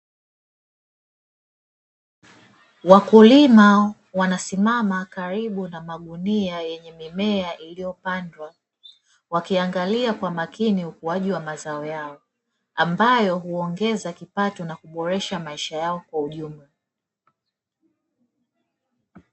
Wakulima wanasimama karibu na magunia yenye mimea iliyopandwa, wakiangalia kwa makini ukuaji wa mazao yao ambayo huongeza kipato na kuboresha maisha yao kwa ujumla.